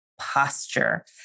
posture